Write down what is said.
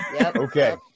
Okay